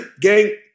gang